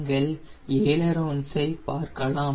நீங்கள் அயிலேரோன்சை பார்க்கலாம்